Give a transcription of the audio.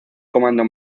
comando